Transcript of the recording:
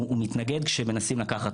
הוא מתנגד כשמנים לקחת